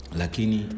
lakini